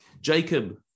Jacob